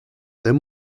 then